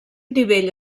nivell